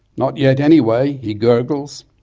not yet anyway he gurgles.